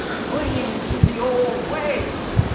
clinging to the old ways.